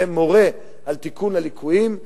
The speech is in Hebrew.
ומורה על תיקון הליקויים.